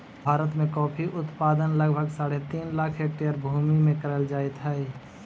भारत में कॉफी उत्पादन लगभग साढ़े तीन लाख हेक्टेयर भूमि में करल जाइत हई